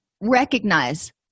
recognize